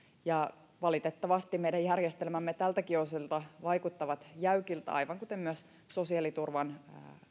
valitettavasti meidän järjestelmämme tältäkin osilta vaikuttavat jäykiltä aivan kuten myös sosiaaliturvapuolen